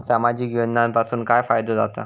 सामाजिक योजनांपासून काय फायदो जाता?